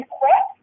quick